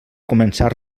començar